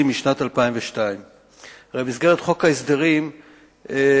משנת 2002. הרי במסגרת חוק ההסדרים מביאים